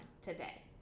today